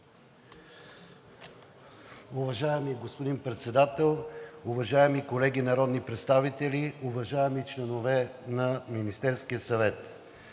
Уважаеми господин Председател, уважаеми колеги народни представители, уважаеми членове на Министерския съвет!